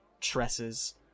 tresses